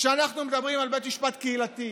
כשאנחנו מדברים על בית משפט קהילתי,